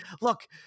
look